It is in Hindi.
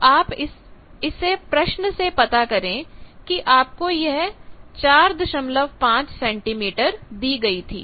तो आप इसे प्रश्न से पता करें कि आपको यह 45 सेंटीमीटर दी गई थी